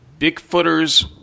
Bigfooters